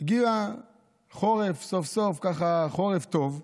הגיע חורף, סוף-סוף, חורף טוב,